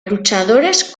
luchadores